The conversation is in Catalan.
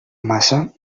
massa